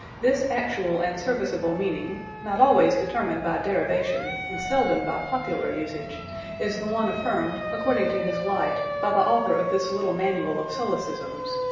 this actual and serviceable meaning not always determined by derivation, and seldom by popular usage is the one affirmed, according to his light, by the author of this little manual of solecisms.